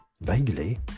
vaguely